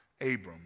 Abram